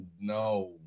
no